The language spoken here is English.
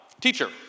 teacher